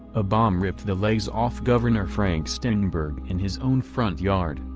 a bomb ripped the legs off gov. frank steunenberg in his own front yard,